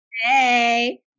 Hey